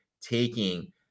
taking